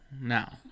Now